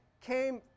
came